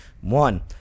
One